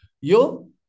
Yo